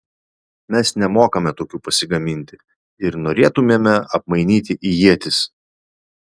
mes nemokame tokių pasigaminti ir norėtumėme apmainyti į ietis